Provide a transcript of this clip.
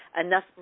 enough